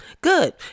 Good